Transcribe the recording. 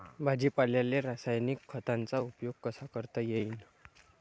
भाजीपाल्याले रासायनिक खतांचा उपयोग कसा करता येईन?